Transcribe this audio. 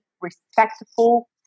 respectful